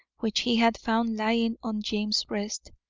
which he had found lying on james's breast,